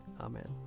Amen